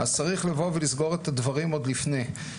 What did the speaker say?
אז צריך לבוא ולסגור את הדברים עוד לפני.